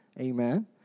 Amen